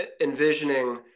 envisioning